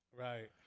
Right